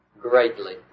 greatly